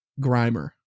grimer